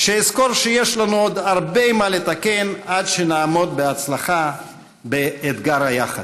שאזכור שיש לנו עוד הרבה מה לתקן עד שנעמוד בהצלחה באתגר ה"יחד".